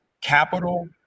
capital